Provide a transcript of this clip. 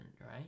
right